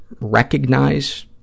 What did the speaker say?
recognize